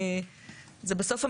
בסוף,